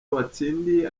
watsindiye